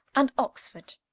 and oxford.